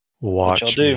Watch